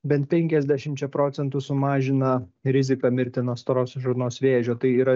bent penkiasdešimčia procentų sumažina riziką mirti nuo storosios žarnos vėžio tai yra